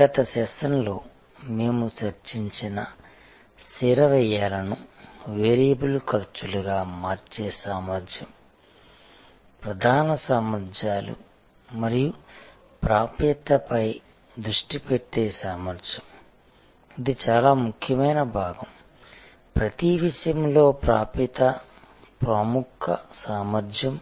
గత సెషన్లో మేము చర్చించిన స్థిర వ్యయాలను వేరియబుల్ ఖర్చులుగా మార్చే సామర్థ్యం ప్రధాన సామర్థ్యాలు మరియు ప్రాప్యతపై దృష్టి పెట్టే సామర్థ్యం ఇది చాలా ముఖ్యమైన భాగం ప్రతి విషయంలో ప్రాప్యత ప్రముఖ సామర్థ్యం